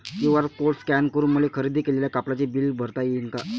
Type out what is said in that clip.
QR code scan करून मले खरेदी केलेल्या कापडाचे बिल भरता यीन का?